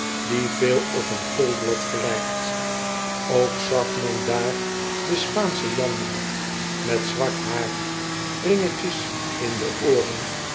die veel op een koolblad gelijkt ook zag men daar den spaanschen janmaat met zwart haar ringetjes in de ooren